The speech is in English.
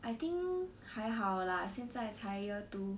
I think 还好啦现在才 year two